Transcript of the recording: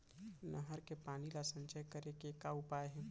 नहर के पानी ला संचय करे के का उपाय हे?